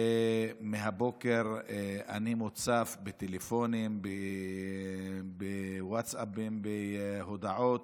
מהבוקר אני מוצף בטלפונים, בווטסאפים, בהודעות,